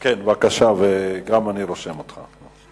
כן, בבקשה, אני רושם אותך.